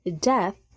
death